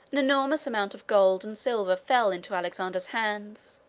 an enormous amount of gold and silver fell into alexander's hands.